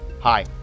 Hi